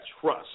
trust